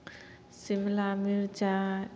शिमला मिरचाइ